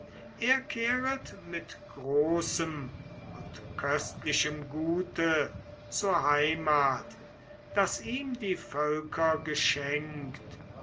er kehret mit großem und köstlichem gute zur heimat das ihm die völker geschenkt